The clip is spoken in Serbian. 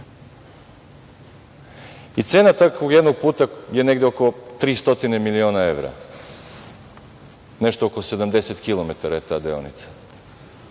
Cena takvog jednog puta je negde oko 300 miliona evra, nešto oko 70 kilometara je ta deonica. Sad,